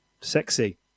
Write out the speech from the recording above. Sexy